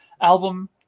album